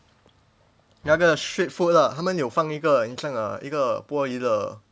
那个 street food ah 他们有放一个很像 uh 一个玻璃的